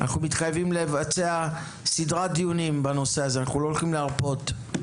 אנחנו מתחייבים לבצע סדרת דיונים בנושא הזה; אנחנו לא הולכים להרפות.